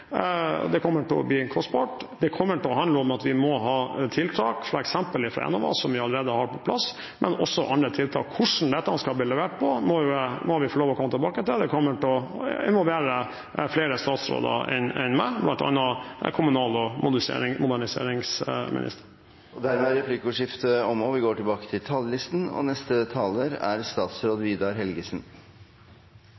utfordringer. Det kommer til å bli kostbart, det kommer til å handle om at vi må ha tiltak, f.eks. fra Enova, som vi allerede har på plass, men også andre tiltak. Hvordan dette skal bli levert på, må vi få lov til å komme tilbake til. Det kommer til å involvere flere statsråder enn meg, bl.a. kommunal- og moderniseringsministeren. Dermed er replikkordskiftet omme. Når vi skal få ned Norges nasjonale utslipp frem mot 2030, og når vi skal videre mot lavutslippssamfunnet i 2050, er samspillet mellom energi- og